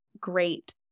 great